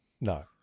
No